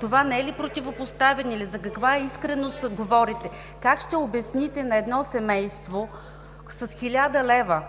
Това не е ли противопоставяне? За каква искреност говорите? Как ще обясните на едно семейство с 1000 лв.,